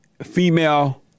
female